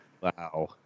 Wow